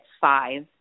five